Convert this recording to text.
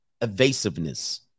Evasiveness